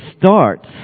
starts